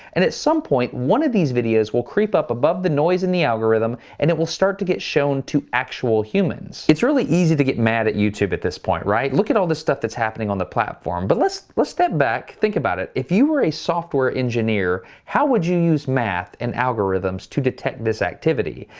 and at some point, one of these videos will creep up above the noise in the algorithm and it will start to get shown to actual humans. it's really easy to get mad at youtube at this point, right? look at all this stuff that's happening on the platform. but let's let's step back, think about it. if you were a software engineer, how would you use math and algorithms to detect this activity?